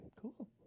Cool